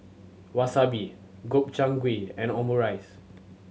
Wasabi Gobchang Gui and Omurice